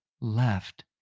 left